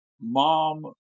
mom